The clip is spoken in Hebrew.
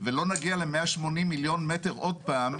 ולא נגיע ל-180 מיליון מטר עוד פעם,